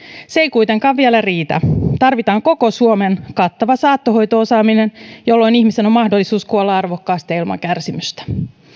se ei kuitenkaan vielä riitä tarvitaan koko suomen kattava saattohoito osaaminen jolloin ihmisellä on mahdollisuus kuolla arvokkaasti ja ilman kärsimystä